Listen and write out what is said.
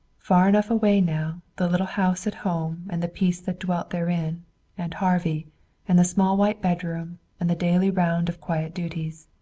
far enough away now, the little house at home and the peace that dwelt therein and harvey and the small white bedroom and the daily round of quiet duties.